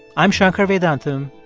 i'm shankar vedantam,